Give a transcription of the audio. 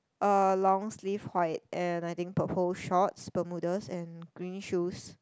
uh long sleeve white and I think purple shorts Bermudas and green shoes